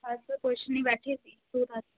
ਬਸ ਕੁਛ ਨਹੀਂ ਬੈਠੀ ਸੀ ਤੂੰ ਦੱਸ